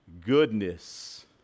goodness